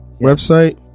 Website